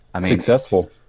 successful